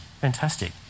Fantastic